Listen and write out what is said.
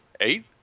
eight